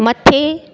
मथे